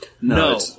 No